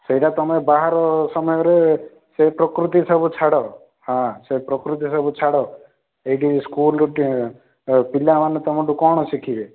ସେଇଟା ତୁମେ ବାହାର ସମୟରେ ସେ ପ୍ରକୃତି ସବୁ ଛାଡ଼ ହାଁ ସେ ପ୍ରକୃତି ସବୁ ଛାଡ଼ ଏଇଠି ସ୍କୁଲ୍ ପିଲାମାନେ ତୁମଠୁ କ'ଣ ଶିଖିବେ